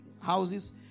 houses